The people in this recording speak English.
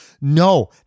No